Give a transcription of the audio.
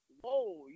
whoa